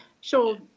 sure